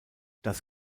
das